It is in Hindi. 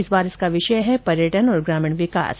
इस बार इसका विषय है पर्यटन और ग्रामीण विकास